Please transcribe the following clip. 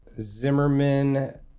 Zimmerman